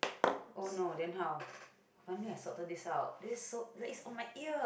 !oops!